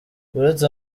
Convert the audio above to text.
uretse